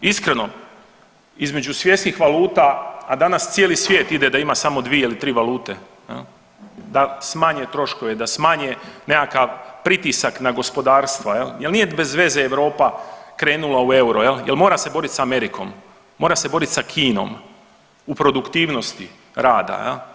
Iskreno između svjetskih valuta, a danas cijeli svijet ide da ima samo 2 ili 3 valute, da smanje troškove, da smanje nekakav pritisak na gospodarstva jel, jer nije bez veze Europa krenula u euro jer mora se boriti sa Amerikom, mora se boriti sa Kinom u produktivnosti rada.